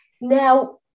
Now